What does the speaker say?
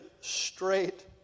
straight